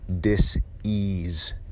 dis-ease